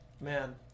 man